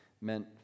meant